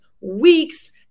weeks